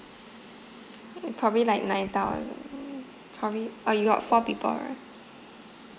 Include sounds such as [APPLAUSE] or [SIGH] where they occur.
[NOISE] probably like nine thousand [NOISE] probably orh you got four people right